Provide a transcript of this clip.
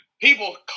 People